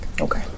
Okay